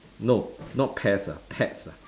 no not pests ah pets ah